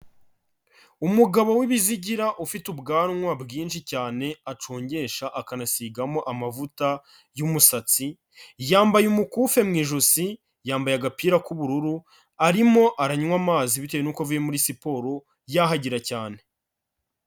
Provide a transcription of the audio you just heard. Umugabo w'ibizigira ufite ubwanwa bwinshi cyane acongesha akanasigamo amavuta y'umusatsi, yambaye umukufe mu ijosi, yambaye agapira k'ubururu, arimo aranywa amazi bitewe n'uko avuye muri siporo yahagira cyane.